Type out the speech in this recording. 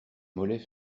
mollets